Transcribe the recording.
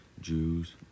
jews